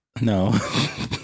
No